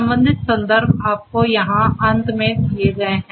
संबंधित संदर्भ आपको यहां अंत में दिए गए हैं